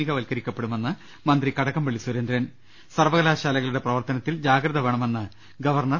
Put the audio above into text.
നികവൽക്കരിക്കപ്പെടുമെന്ന് മന്ത്രി കടകംപള്ളി സുരേന്ദ്രൻ സർവകലാശാലകളുടെ പ്രവർത്തനത്തിൽ ജാഗ്രത വേണമെന്ന് ഗവർണർ